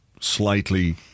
slightly